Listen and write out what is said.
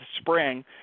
spring